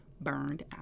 burned